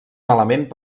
malament